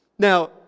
Now